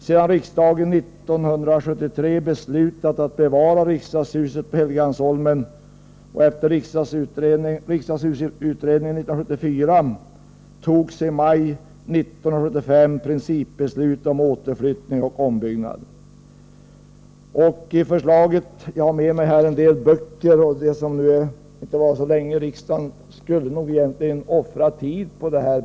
Sedan riksdagen 1973 beslutat att bevara riksdagshuset på Helgeandsholmen och efter riksdagshusutredningen 1974 togs i maj 1975 principbeslut om återflyttning och ombyggnad. Jag har här med mig några böcker, och de som inte har varit så länge i riksdagen borde egentligen offra tid på dem.